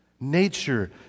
Nature